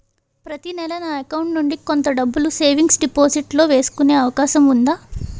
ప్రతి నెల నా అకౌంట్ నుండి కొంత డబ్బులు సేవింగ్స్ డెపోసిట్ లో వేసుకునే అవకాశం ఉందా?